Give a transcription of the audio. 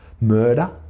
murder